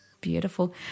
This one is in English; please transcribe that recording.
beautiful